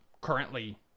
currently